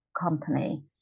company